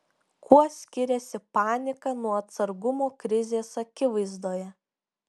kuo skiriasi panika nuo atsargumo krizės akivaizdoje